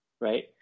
Right